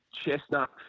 chestnut